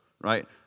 right